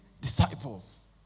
disciples